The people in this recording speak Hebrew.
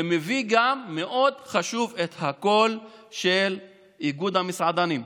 ויביא גם, מאוד חשוב, את הקול של איגוד המסעדנים.